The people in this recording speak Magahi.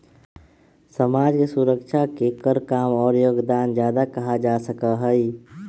समाज के सुरक्षा के कर कम और योगदान ज्यादा कहा जा सका हई